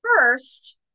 first